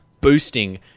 boosting